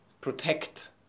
protect